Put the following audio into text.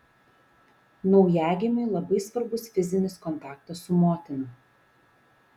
naujagimiui labai svarbus fizinis kontaktas su motina